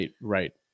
Right